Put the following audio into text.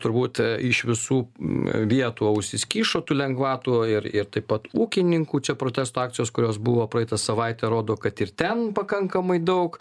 turbūt iš visų vietų ausys kyšo tų lengvatų ir ir taip pat ūkininkų čia protesto akcijos kurios buvo praeitą savaitę rodo kad ir ten pakankamai daug